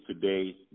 Today